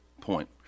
point